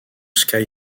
sky